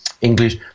English